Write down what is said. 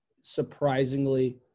surprisingly